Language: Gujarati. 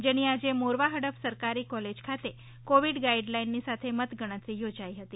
જેની આજે મોરવા હડફ સરકારી કોલેજ ખાતે કોવિડ ગાઇડ લાઇનની સાથે મતગણતરી યોજાઈ હતી